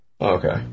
Okay